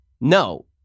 No